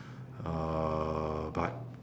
uh but